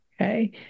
okay